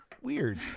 Weird